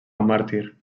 màrtir